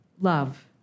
Love